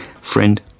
Friend